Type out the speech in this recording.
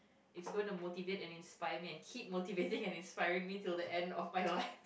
it's going to motivate and inspire man keep motivating and inspiring me till the end of my life